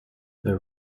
the